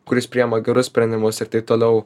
kuris priima gerus sprendimus ir taip toliau